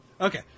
Okay